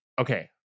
Okay